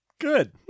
good